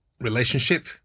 relationship